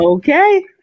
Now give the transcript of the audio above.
Okay